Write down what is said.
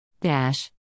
Dash